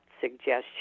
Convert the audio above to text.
suggestion